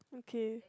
okay